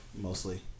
mostly